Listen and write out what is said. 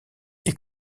est